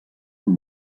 amb